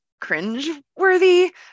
cringe-worthy